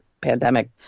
pandemic